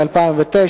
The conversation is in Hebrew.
התש"ע-2009,